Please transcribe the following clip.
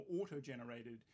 auto-generated